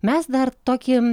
mes dar tokį